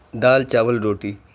دال چاول روٹی